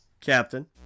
Captain